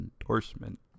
endorsement